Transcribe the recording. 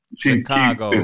Chicago